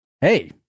hey